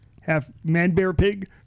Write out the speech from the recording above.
Half-man-bear-pig